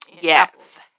Yes